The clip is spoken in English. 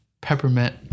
peppermint